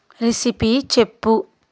recipe చెప్పు